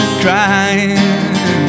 crying